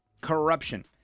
corruption